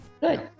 good